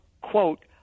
quote